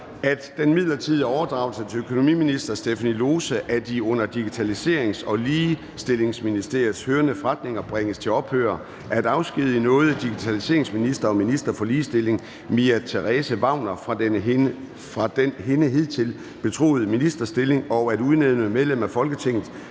at den midlertidige overdragelse til økonomiminister Stephanie Lose af de under Digitaliserings- og Ligestillingsministeriet hørende forretninger bringes til ophør, at afskedige i nåde digitaliseringsminister og minister for ligestilling Mia Therese Wagner fra den hende hidtil betroede ministerstilling og at udnævne medlem af Folketinget